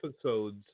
episodes